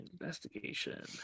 Investigation